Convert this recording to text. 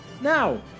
Now